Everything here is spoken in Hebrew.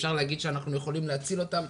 אפשר להגיד שאנחנו יכולים להציל אותם,